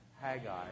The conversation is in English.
Haggai